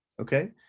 Okay